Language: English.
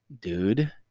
Dude